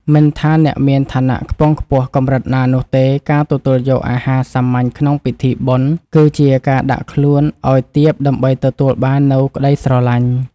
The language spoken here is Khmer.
មិនថាអ្នកមានឋានៈខ្ពង់ខ្ពស់កម្រិតណានោះទេ ការទទួលយកអាហារសាមញ្ញក្នុងពិធីបុណ្យ គឺជាការដាក់ខ្លួនឱ្យទាបដើម្បីទទួលបាននូវក្តីស្រឡាញ់។